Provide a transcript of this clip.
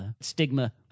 stigma